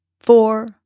four